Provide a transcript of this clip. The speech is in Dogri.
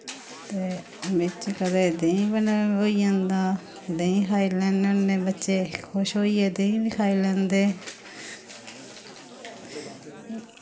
ते बिच कदें देहीं थ्होई जंदा ते देहीं खाई लैन्ने होन्ने बच्चे खुश होइयै देहीं बी खाई लैंदे